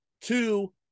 two